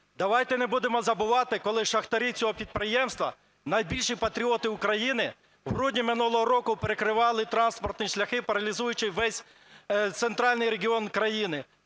Давайте не будемо забувати, коли шахтарі цього підприємства, найбільші патріоти України, в грудні минулого року перекривали транспортні шляхи, паралізуючи весь центральний регіон країни,